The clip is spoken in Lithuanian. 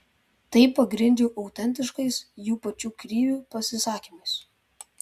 tai pagrindžiau autentiškais jų pačių krivių pasisakymais